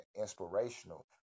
inspirational